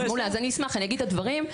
אני אגיד את הדברים.